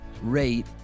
rate